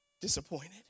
disappointed